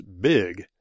Big